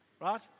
right